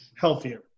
healthier